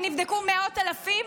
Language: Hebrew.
ונבדקו מאות אלפים,